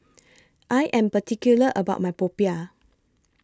I Am particular about My Popiah